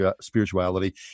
spirituality